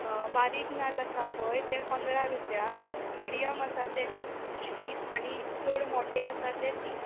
बारीक नाल्ल आसा पळय ते पंदरा रुपया मिडयम आसा ते पंचवीस आनी चड मोटे आसा ते तीस